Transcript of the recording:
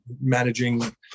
managing